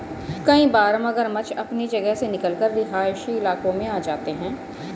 कई बार मगरमच्छ अपनी जगह से निकलकर रिहायशी इलाकों में आ जाते हैं